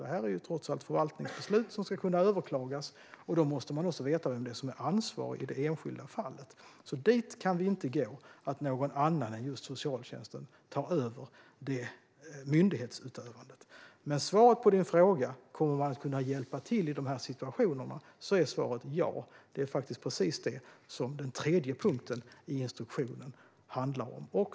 Detta handlar trots allt om förvaltningsbeslut som ska kunna överklagas, och då måste man veta vem som är ansvarig i det enskilda fallet. Dit kan vi inte gå - det kan inte vara så att någon annan än socialtjänsten tar över myndighetsutövandet. Men svaret på Roger Haddads fråga om huruvida man kommer att kunna hjälpa till i dessa situationer är ja. Det är faktiskt precis detta som den tredje punkten i instruktionen handlar om.